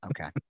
okay